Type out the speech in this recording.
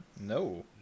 No